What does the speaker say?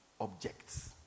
objects